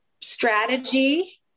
strategy